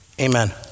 Amen